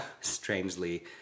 strangely